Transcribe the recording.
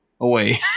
away